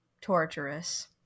torturous